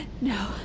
No